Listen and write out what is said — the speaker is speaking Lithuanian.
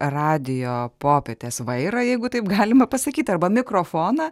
radijo popietės vairą jeigu taip galima pasakyti arba mikrofoną